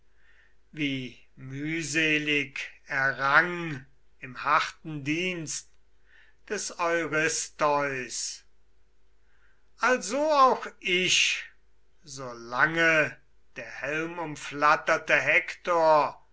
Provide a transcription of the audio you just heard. wie mühselig er rang im harten dienst des eurystheus also auch ich so lange der helmumflatterte hektor